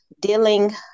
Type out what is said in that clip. dealing